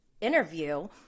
interview